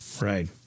right